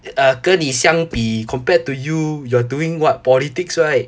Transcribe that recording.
跟你相比 compared to you you're doing what politics right